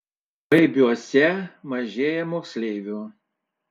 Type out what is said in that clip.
baibiuose mažėja moksleivių